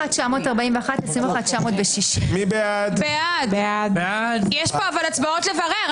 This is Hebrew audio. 21,941 עד 21,960. יש פה הצבעות לברר,